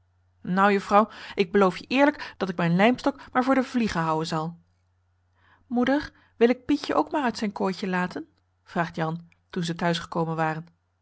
nou juffrouw ik beloof je eerlijk dat ik mijn lijmstok maar voor de vliegen houen zal moeder wil ik pietje ook maar uit zijn kooitje laten vraagt jan toen ze thuis gekomen waren